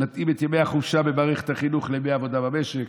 נתאים את ימי החופשה במערכת החינוך לימי העבודה במשק.